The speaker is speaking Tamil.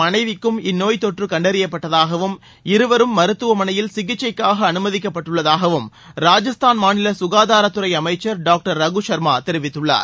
மனைவிக்கும் இந்தோய் தொற்று கண்டறியப்பட்டதாகவும் அவருடைய இருவரும் மருத்துவமனையில் சிகிச்சைக்காக அனுமதிக்கப்பட்டுள்ளதாகவும் ராஜஸ்தான் மாநில சுகாதாரத்துறை அமைச்சர் டாக்டர் ரகுசர்மா தெரிவித்துள்ளார்